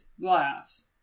glass